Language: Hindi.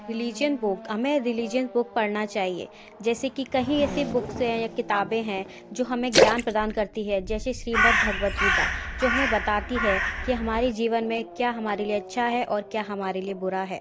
रिलिजन बुक हमें रिलीजन बुक पढ़ना चाहिए जैसे कि कहीं ऐसे बुक्स है या किताबें हैं जो हमें ज्ञान प्रदान करती है जैसे श्रीमद् भागवत गीता जो हमें बताती है कि हमारे जीवन में क्या हमारे लिए अच्छा है और क्या हमारे लिए बुरा है